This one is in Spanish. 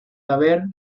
haber